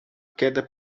queda